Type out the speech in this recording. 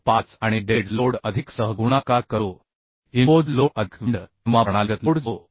5 आणि dead load अधिक सह गुणाकार करू इंपोज्ड लोड अधिक विंड किंवा प्रणालीगत लोड जो 1